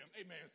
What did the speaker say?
amen